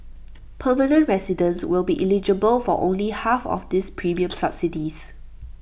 permanent residents will be eligible for only half of these premium subsidies